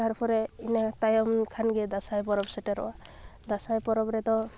ᱛᱟᱨᱯᱚᱨᱮ ᱤᱱᱟᱹ ᱛᱟᱭᱚᱢ ᱠᱷᱟᱱᱜᱮ ᱫᱟᱸᱥᱟᱭ ᱯᱚᱨᱚᱵᱽ ᱥᱮᱴᱮᱨᱚᱜᱼᱟ ᱫᱟᱸᱥᱟᱭ ᱯᱚᱨᱚᱵᱽ ᱨᱮ ᱫᱚ